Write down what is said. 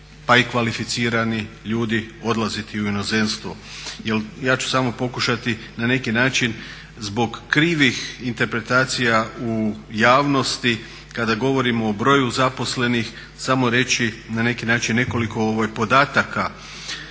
pa i kvalificirani ljudi odlaziti u inozemstvo. Jer, ja ću samo pokušati na neki način zbog krivih interpretacija u javnosti kada govorimo o broju zaposlenih samo reći na neki način nekoliko podataka